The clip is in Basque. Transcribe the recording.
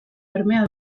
bermea